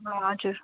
हजुर